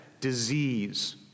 disease